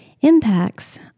impacts